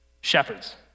shepherds